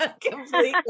completely